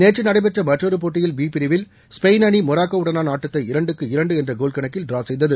நேற்று நடைபெற்ற மற்றொரு போட்டியில் பி பிரிவில் ஸ்பெயின் அணி மொராகோ உடனான ஆட்டத்தை இரண்டுக்கு இரண்டு என்ற கோல் கணக்கில் டிரா செய்தது